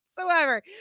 whatsoever